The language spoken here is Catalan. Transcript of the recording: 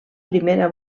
primera